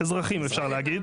אזרחים אפשר להגיד.